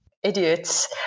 Idiots